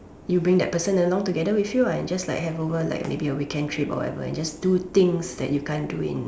you bring that person along together with you ah and just like have over like maybe a weekend trip or whatever and just do things you can't do in